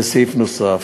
זה סעיף נוסף.